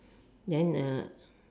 then uh